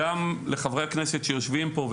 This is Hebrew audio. גם לחברי הכנסת שיושבים פה,